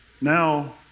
now